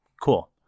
cool